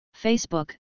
Facebook